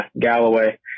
Galloway